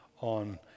on